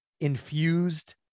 infused